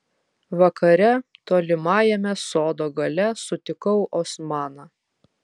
vakare tolimajame sodo gale sutikau osmaną